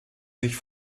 sich